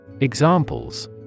Examples